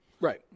Right